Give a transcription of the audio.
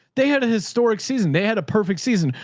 they had a historic season, they had a perfect season,